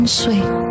sweet